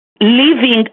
living